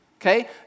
Okay